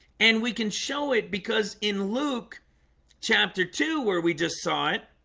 and we can show it because in luke chapter two where we just saw it